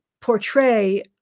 portray